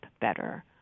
better